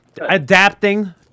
adapting